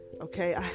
okay